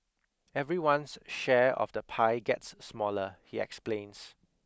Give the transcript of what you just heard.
everyone's share of the pie gets smaller he explains